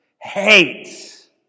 Hates